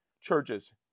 churches